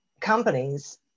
companies